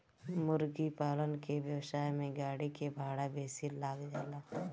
मुर्गीपालन के व्यवसाय में गाड़ी के भाड़ा बेसी लाग जाला